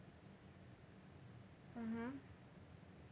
mmhmm